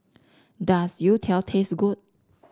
does Youtiao taste good